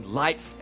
light